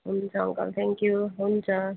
हुन्छ uncle thank you हुन्छ